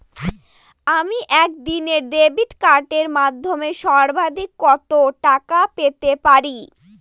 আমি একদিনে ডেবিট কার্ডের মাধ্যমে সর্বাধিক কত টাকা পেতে পারি?